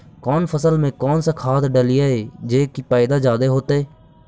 कौन फसल मे कौन सा खाध डलियय जे की पैदा जादे होतय?